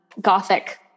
Gothic